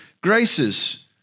graces